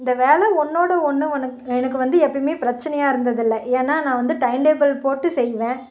இந்த வேலயில் ஒன்றோட ஒன்று ஒனக் எனக்கு வந்து எப்போயுமே பிரச்சனையாக இருந்தது இல்லை ஏன்னால் நான் வந்து டைன் டேபிள் போட்டு செய்வேன்